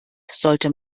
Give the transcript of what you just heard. sollte